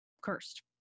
cursed